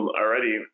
already